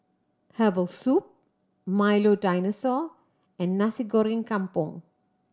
herbal soup Milo Dinosaur and Nasi Goreng Kampung